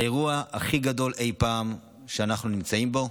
זה האירוע הכי גדול אי פעם שאנחנו נמצאים בו.